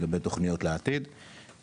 לגבי תוכניות לעתיד.